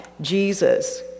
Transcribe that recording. Jesus